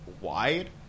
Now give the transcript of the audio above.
wide